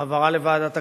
העברה לוועדת הכנסת,